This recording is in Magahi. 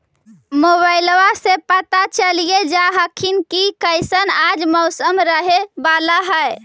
मोबाईलबा से पता चलिये जा हखिन की कैसन आज मौसम रहे बाला है?